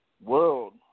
world